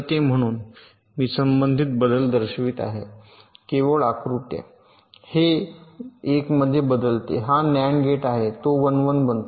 म्हणून मी संबंधित बदल दर्शवित आहे केवळ आकृत्या हे 1 मध्ये बदलते हा नअँड गेट आहे तो 1 1 बनतो